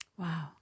Wow